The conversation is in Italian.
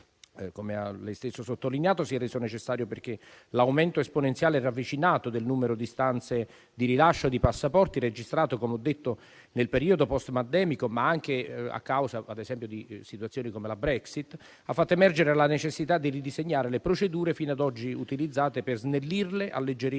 l'interrogante stesso ha sottolineato, si è reso necessario perché l'aumento esponenziale e ravvicinato del numero di istanze di rilascio di passaporti registrato - come ho detto - nel periodo postpandemico, ma anche a causa, ad esempio, di situazioni come la Brexit, ha fatto emergere la necessità di ridisegnare le procedure fino ad oggi utilizzate per snellirle, alleggerire